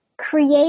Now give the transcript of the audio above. create